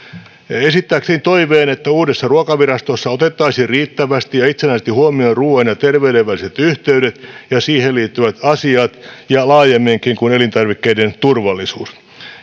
esittääkseni toiveen että uudessa ruokavirastossa otettaisiin riittävästi ja itsenäisesti huomioon ruuan ja terveyden väliset yhteydet ja siihen liittyvät asiat ja laajemminkin kuin elintarvikkeiden turvallisuuden osalta